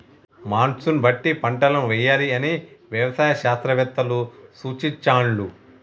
monsoon బట్టి పంటలను వేయాలి అని వ్యవసాయ శాస్త్రవేత్తలు సూచించాండ్లు